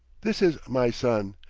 this is my son.